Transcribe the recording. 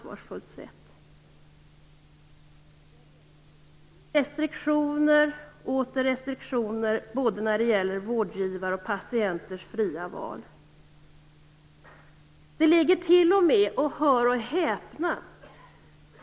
Det är restriktioner och åter restriktioner, när det gäller både vårdgivare och patienters fria val. Det finns t.o.m. - hör och häpna!